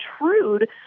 intrude